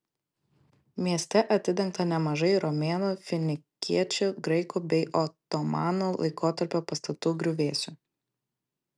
mieste atidengta nemažai romėnų finikiečių graikų bei otomanų laikotarpio pastatų griuvėsių